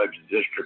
district